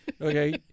okay